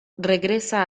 regresa